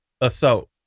assault